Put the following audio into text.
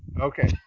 Okay